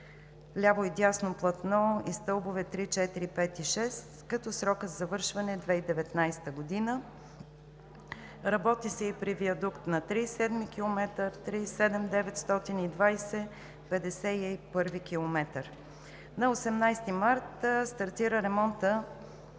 ляво и дясно платно и стълбове 3, 4, 5 и 6, като срокът за завършване е 2019 г.; - работи се и при виадукт на 37-и км, 37 920, 51-ви км; - на 18 март стартира ремонтът